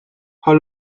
how